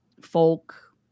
folk